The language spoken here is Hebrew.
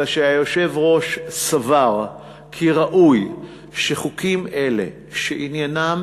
אלא שהיושב-ראש סבר כי ראוי שחוקים אלה שעניינם,